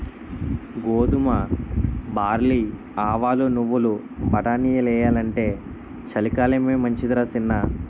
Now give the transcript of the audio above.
గోధుమ, బార్లీ, ఆవాలు, నువ్వులు, బటానీలెయ్యాలంటే చలికాలమే మంచిదరా సిన్నా